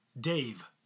Dave